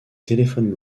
téléphones